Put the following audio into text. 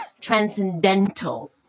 transcendental